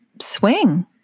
swing